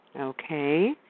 Okay